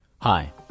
Hi